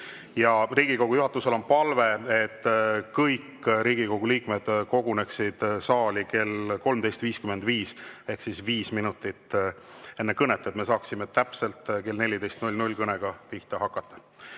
Riigikogu juhatusel on palve, et kõik Riigikogu liikmed koguneksid saali kell 13.55, viis minutit enne kõnet, et me saaksime täpselt kell 14 kõnega pihta hakata.